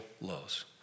lows